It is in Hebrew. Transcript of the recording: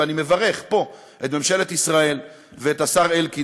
ואני מברך פה את ממשלת ישראל ואת השר אלקין,